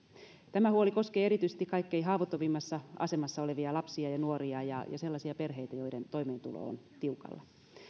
tämä huoli koskee erityisesti kaikkein haavoittuvimmassa asemassa olevia lapsia ja nuoria ja sellaisia perheitä joiden toimeentulo on tiukalla